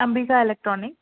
Ambika electronic